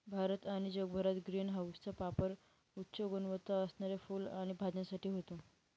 भारत आणि जगभरात ग्रीन हाऊसचा पापर उच्च गुणवत्ता असणाऱ्या फुलं आणि भाज्यांसाठी होतो